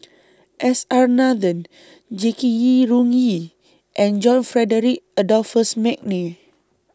S R Nathan Jackie Yi Ru Ying and John Frederick Adolphus Mcnair